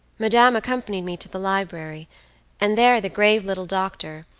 madame accompanied me to the library and there the grave little doctor,